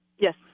Yes